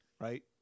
right